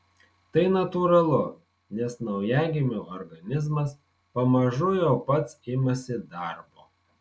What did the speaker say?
tai natūralu nes naujagimio organizmas pamažu jau pats imasi darbo